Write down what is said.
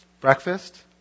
Breakfast